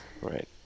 right